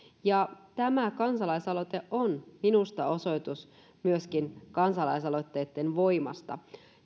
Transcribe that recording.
tämä kansalaisaloite on minusta osoitus myöskin kansalaisaloitteitten voimasta